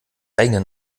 eigene